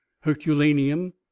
herculaneum